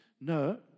no